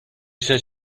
set